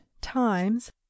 times